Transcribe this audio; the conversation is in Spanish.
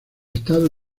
estado